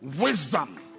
Wisdom